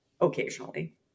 occasionally